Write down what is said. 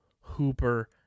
Hooper